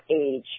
age